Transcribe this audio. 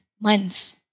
months